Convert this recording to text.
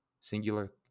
Singular